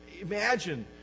imagine